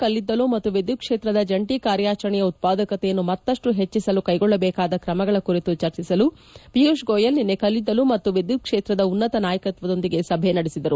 ಕಲ್ಲಿದ್ದಲು ಮತ್ತು ವಿದ್ಯುತ್ ಕ್ಷೇತ್ರದ ಜಂಟಿ ಕಾರ್ಯಾಚರಣೆಯ ಉತ್ಪಾದಕತೆಯನ್ನು ಮತ್ತಷ್ಟು ಹೆಚ್ಚಿಸಲು ಕೈಗೊಳ್ಳಬೇಕಾದ ಕ್ರಮಗಳ ಕುರಿತು ಚರ್ಚಿಸಲು ಪಿಯೂಷ್ ಗೋಯಲ್ ನಿನ್ನೆ ಕಲ್ಲಿದ್ದಲು ಮತ್ತು ವಿದ್ಯುತ್ ಕ್ಷೇತ್ರದ ಉನ್ನತ ನಾಯಕತ್ವದೊಂದಿಗೆ ಸಭೆ ನಡೆಸಿದರು